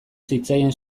zitzaien